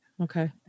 okay